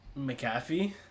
McAfee